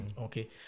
Okay